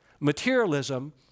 materialism